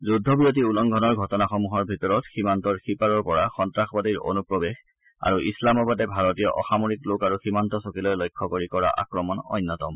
যুদ্ধ বিৰতি উলংঘনৰ ঘটনাসমূহৰ ভিতৰত সীমান্তৰ সিপাৰৰ পৰা সন্তাসবাদীৰ অনুপ্ৰৱেশ আৰু ইছলামাবাদে ভাৰতীয় অসামৰিক লোক আৰু সীমান্ত চকীলৈ লক্ষ্য কৰি কৰা আক্ৰমণ অন্যতম